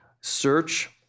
search